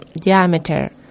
diameter